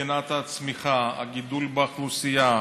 מבחינת הצמיחה, הגידול באוכלוסייה,